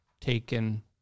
taken